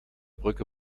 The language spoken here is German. brücke